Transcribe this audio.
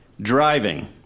Driving